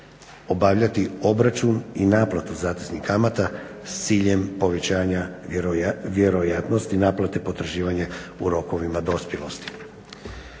obavljati obračun i naplatu zateznih kamata s ciljem povećanja vjerojatnosti naplate potraživanja u rokovima dospjelosti.